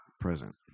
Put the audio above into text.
present